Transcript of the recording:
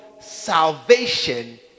salvation